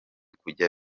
kujya